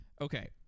okay